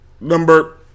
Number